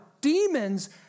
demons